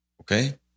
Okay